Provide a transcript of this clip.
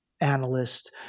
analyst